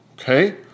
Okay